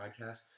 Podcast